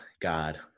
God